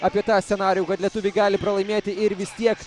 apie tą scenarijų kad lietuviai gali pralaimėti ir vis tiek